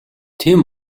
тийм